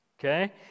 okay